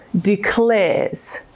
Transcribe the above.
declares